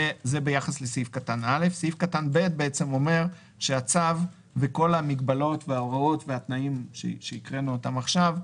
סעיף קטן (ב) אומר שהצו וכל המגבלות וההוראות והתנאים שהקראנו עכשיו,